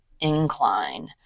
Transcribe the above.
incline